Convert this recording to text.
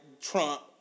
Trump